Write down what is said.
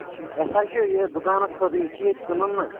اَسہِ حظ چھِ یہِ دُکانَس خٲطرٕ أسۍ چھِ ییٚتہِ کٕنان نہ